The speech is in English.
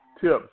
tips